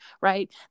right